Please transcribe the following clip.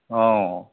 অঁ